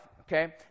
Okay